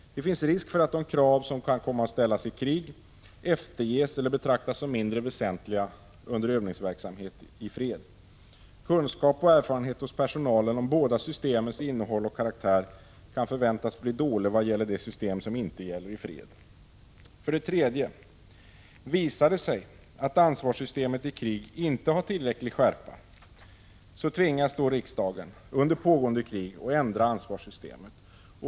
Det finns risk för att de krav som kan komma att ställas i krig efterges eller betraktas som mindre väsentliga under övningsverksamhet i fred. Kunskap och erfarenhet hos personalen om båda systemens innehåll och karaktär kan förväntas bli dålig beträffande det system som inte gäller i fred. Visar det sig att ansvarssystemet i krig inte har tillräcklig skärpa, tvingas riksdagen att under pågående krig ändra ansvarssystemet.